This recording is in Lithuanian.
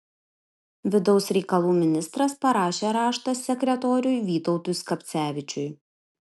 vidaus reikalų ministras parašė raštą sekretoriui vytautui skapcevičiui